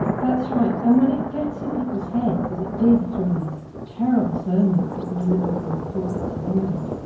that's right. and when it gets in people's heads as it did through these terrible sermons that were delivered from the pulpits of england,